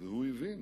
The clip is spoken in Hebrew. הוא הבין